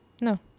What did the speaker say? no